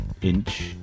Inch